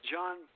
John